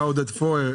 בא עודד פורר,